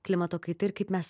klimato kaita ir kaip mes